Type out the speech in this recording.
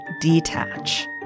detach